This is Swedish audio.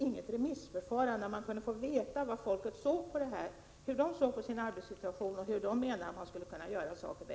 Genom ett remissförfaran de hade man kunnat få veta hur folk ser på sin arbetssituation och hur de anser att saker skulle kunna göras bättre.